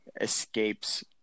escapes